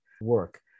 work